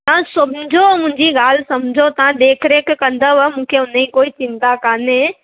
तव्हां सम्झो मुंहिंजी ॻाल्हि सम्झो तव्हां देखि रेखि कंदव मूंखे उनजी कोई चिंता कान्हे